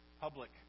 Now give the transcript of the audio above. public